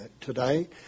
today